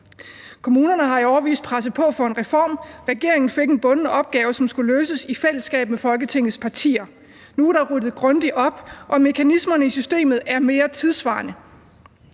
Kommunerne har i årevis presset på for en reform. Regeringen fik en bunden opgave, som skulle løses i fællesskab med Folketingets partier. Nu er der ryddet grundigt op, og mekanismerne i systemet er mere tidssvarende.